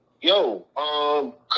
yo